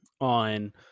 on